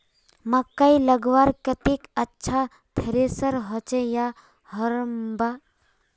मकई मलवार केते अच्छा थरेसर होचे या हरम्बा?